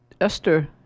Esther